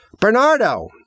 Bernardo